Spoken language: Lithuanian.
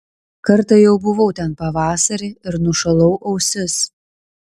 kartą jau buvau ten pavasarį ir nušalau ausis